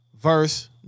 verse